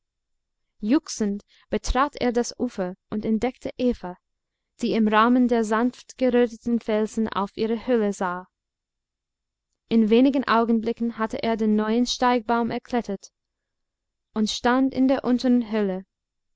juchzend betrat er das ufer und entdeckte eva die im rahmen der sanft geröteten felsen aus ihrer höhle sah in wenigen augenblicken hatte er den neuen steigbaum erklettert und stand in der unteren höhle